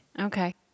Okay